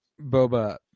Boba